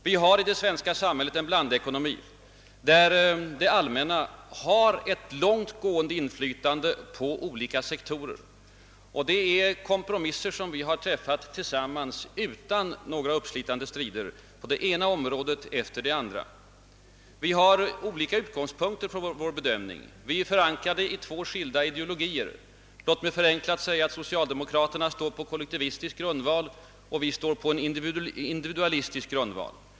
Vi har i det svenska samhället en blandekonomi, där det allmänna har ett långt gående inflytande på olika sektorer, och vi har gjort kompromisser på det ena området efter det andra utan några uppslitande strider. Vi har olika utgångspunkter för vår bedömning — vi är förankrade i två skilda ideologier. Låt mig förenklat säga att socialdemokraterna står på kollektivistisk grundval och vi på individualistisk grundval.